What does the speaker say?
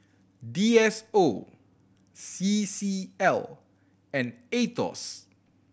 D S O C C L and Aetos